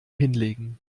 hinlegen